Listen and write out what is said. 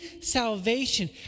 salvation